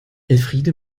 elfriede